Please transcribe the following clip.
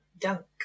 dunk